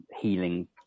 healing